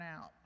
out